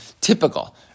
typical